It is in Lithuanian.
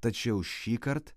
tačiau šįkart